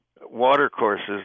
watercourses